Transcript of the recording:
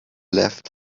left